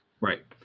right